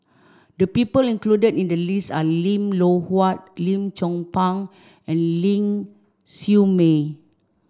the people included in the list are Lim Loh Huat Lim Chong Pang and Ling Siew May